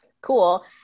cool